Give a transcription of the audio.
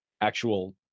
actual